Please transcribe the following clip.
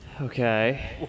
Okay